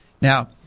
Now